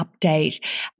update